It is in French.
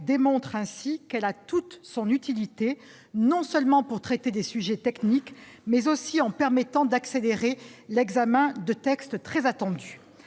a montré qu'elle avait toute son utilité, non seulement pour traiter de sujets techniques, mais aussi pour permettre d'accélérer l'examen de textes très attendus.